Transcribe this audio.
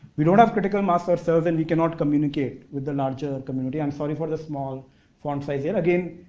we don't have critical mass ourselves and we cannot communicate with the larger community. i'm sorry for the small font size here. again,